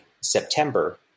September